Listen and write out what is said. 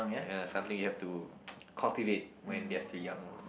ya something you have to cultivate when they are still young